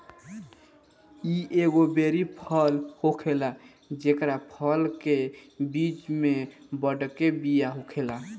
इ एगो बेरी फल होखेला जेकरा फल के बीच में बड़के बिया होखेला